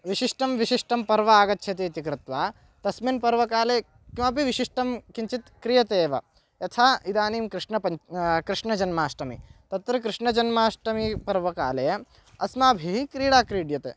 विशिष्टं विशिष्टं पर्व आगच्छति इति कृत्वा तस्मिन् पर्वकाले किमपि विशिष्टं किञ्चित् क्रियते एव यथा इदानीं कृष्णः कृष्णजन्माष्टमी तत्र कृष्णजन्माष्टमी पर्वकाले अस्माभिः क्रीडा क्रीड्यते